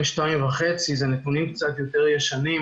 וב-PM2.5, אלה נתונים קצת יותר ישנים,